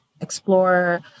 explore